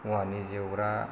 औवानि जेवरा